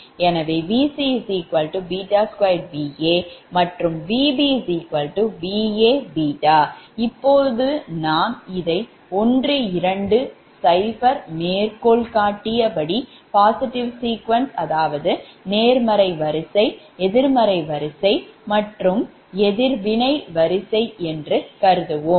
எனவே Vc 2Va மற்றும்Vb Va இப்போது நாம் இதை 120 மேற்கோள்காட்டிய படி positive sequence நேர்மறை வரிசை negative sequence எதிர்மறை வரிசை மற்றும் 0 sequence எதிர்வினை வரிசை என்று கருதுவோம்